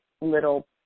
little